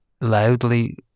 loudly